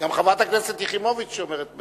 גם חברת הכנסת יחימוביץ אומרת את,